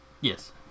Yes